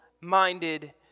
minded